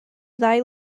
ddau